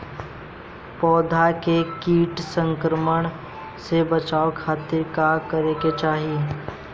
पौधा के कीट संक्रमण से बचावे खातिर का करे के चाहीं?